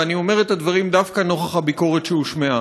ואני אומר את הדברים דווקא נוכח הביקורת שהושמעה.